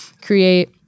create